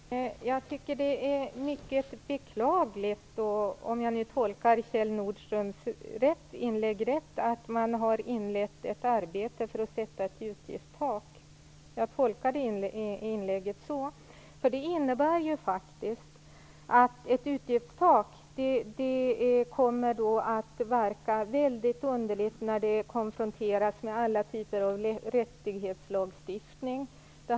Fru talman! Jag tycker det är mycket beklagligt, om jag nu tolkar Kjell Nordströms inlägg rätt, att man har inlett ett arbete för att sätta ett utgiftstak. Jag tolkar inlägget så. Ett utgiftstak kommer att få en väldigt underlig verkan när det konfronteras med alla typer av rättighetslagstiftning.